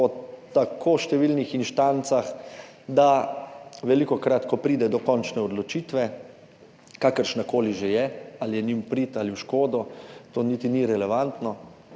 po tako številnih instancah, da velikokrat, ko pride do končne odločitve, kakršnakoli že je, ali je njim v prid ali v škodo, to niti ni relevantno,